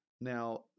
Now